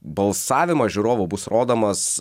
balsavimas žiūrovų bus rodomos